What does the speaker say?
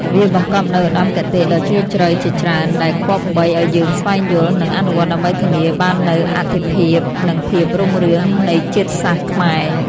វាបង្កប់នូវឧត្តមគតិដ៏ជ្រាលជ្រៅជាច្រើន ដែលគប្បីឱ្យយើងស្វែងយល់ និងអនុវត្តដើម្បីធានាបាននូវអត្ថិភាព និងភាពរុងរឿងនៃជាតិសាសន៍ខ្មែរ។